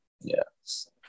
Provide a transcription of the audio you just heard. Yes